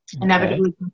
Inevitably